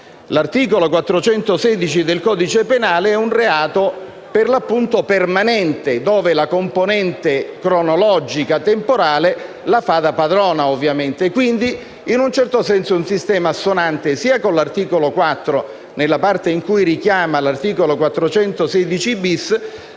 L'articolo 416 del codice penale prevede un reato per l'appunto permanente, dove la componente cronologica temporale la fa da padrona. Quindi, in un certo senso, è un sistema assonante sia con l'articolo 4 nella parte in cui richiama l'articolo 416-*bis*,